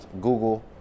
Google